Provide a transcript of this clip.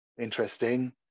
interesting